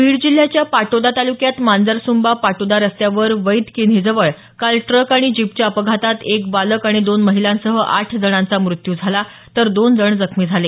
बीड जिल्ह्याच्या पाटोदा तालुक्यात मांजरसुंबा पाटोदा रस्त्यावर वैद किन्हीजवळ काल ट्रक आणि जीपच्या अपघातात एक बालक आणि दोन महिलांसह आठ जणांचा मृत्यू झाला तर दोन जण जखमी झाले